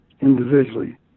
individually